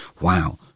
wow